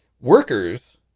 workers